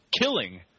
killing